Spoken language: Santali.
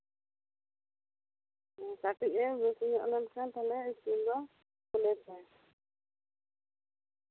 ᱠᱟᱹᱴᱤᱡ ᱮ ᱵᱮᱥ ᱧᱚᱜ ᱞᱮᱱᱠᱷᱟᱱ ᱤᱥᱠᱩᱞ ᱫᱚ ᱠᱳᱞᱮᱯᱮ